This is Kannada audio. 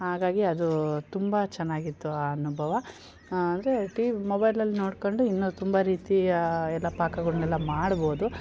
ಹಾಗಾಗಿ ಅದು ತುಂಬ ಚೆನ್ನಾಗಿತ್ತು ಆ ಅನುಭವ ಅಂದರೆ ಟಿ ವಿ ಮೊಬೈಲಲ್ಲಿ ನೋಡ್ಕೊಂಡು ಇನ್ನೂ ತುಂಬ ರೀತಿಯ ಎಲ್ಲ ಪಾಕಗಳನೆಲ್ಲ ಮಾಡಬೋದು